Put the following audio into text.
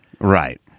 Right